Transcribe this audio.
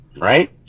Right